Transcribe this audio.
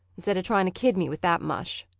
instead of trying to kid me with that mush?